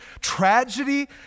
tragedy